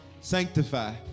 sanctify